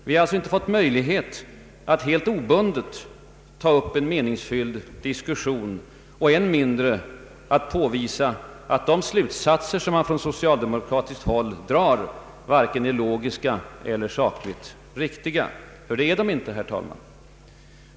Vi har alltså inte fått möjlighet att helt obundet ta upp en meningsfylld diskussion och än mindre att påvisa att de slutsatser som man dragit från socialdemokratiskt håll varken är logiska eller sakligt riktiga. Det är de nämligen inte, herr talman.